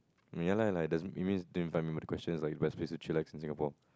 ya lah like doesn't it means the question is like best place to chillax in Singapore